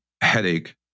headache